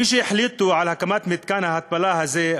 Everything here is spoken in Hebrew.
מי שהחליטו על הקמת מתקן ההתפלה הזה,